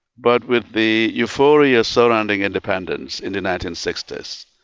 but with the euphoria surrounding independence in the nineteen sixty s,